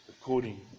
according